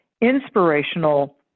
inspirational